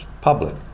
public